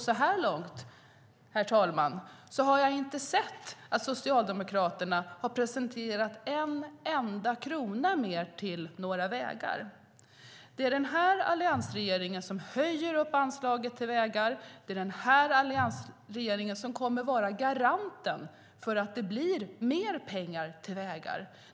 Så här långt, herr talman, har jag inte sett att Socialdemokraterna har presenterat en enda krona mer till några vägar. Det är den här alliansregeringen som höjer anslaget till vägar. Det är den här alliansregeringen som kommer att vara garanten för att det blir mer pengar till vägar.